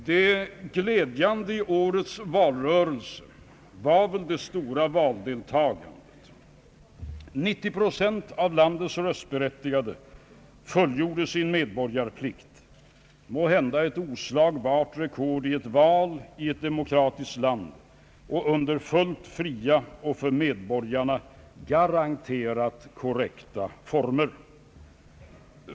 Det glädjande i årets valrörelse var det stora valdeltagandet. Nittio procent av landets röstberättigade fullgjorde sin medborgarplikt, måhända ett oslagbart rekord i ett val i ett demokratiskt land och under fullt fria och för medborgarna garanterat korrekta former.